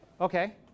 Okay